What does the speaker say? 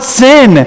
sin